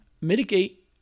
mitigate